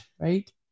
right